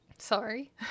sorry